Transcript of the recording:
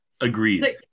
agreed